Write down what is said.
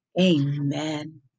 Amen